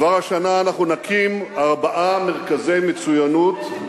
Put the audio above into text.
כבר השנה אנחנו נקים ארבעה מרכזי מצוינות,